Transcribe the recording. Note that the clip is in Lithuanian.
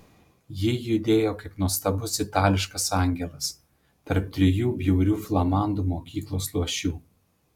ji judėjo kaip nuostabus itališkas angelas tarp trijų bjaurių flamandų mokyklos luošių